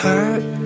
Hurt